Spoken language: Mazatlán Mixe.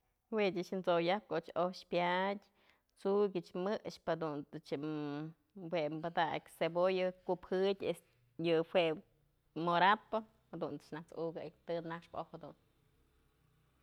Jue ëch t'soyap ko'och oj pyadë t'sukyëch mëxpë jadunt's jue padak cebolla kup jëdyë es, yë jue moratpë jadunt's nas ukëy të naxpë oj jadun.